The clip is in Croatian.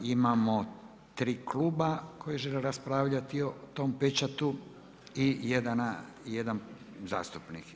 Imamo tri kluba koji žele raspravljati o tom pečatu i jedan zastupnik.